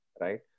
right